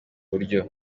buryo